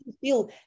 feel